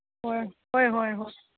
ꯍꯣꯏ ꯍꯣꯏ ꯍꯣꯏ ꯍꯣꯏ